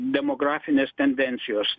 demografinės tendencijos